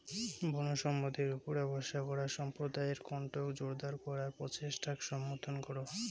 বনসম্পদের উপুরা ভরসা করা সম্প্রদায়ের কণ্ঠক জোরদার করার প্রচেষ্টাক সমর্থন করো